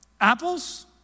Apples